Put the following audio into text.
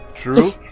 True